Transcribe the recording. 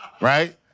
right